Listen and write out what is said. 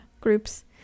groups